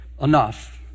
enough